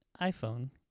iPhone